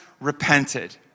repented